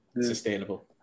sustainable